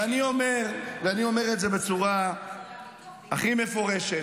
ואני אומר את זה בצורה הכי מפורשת.